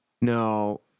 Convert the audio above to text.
No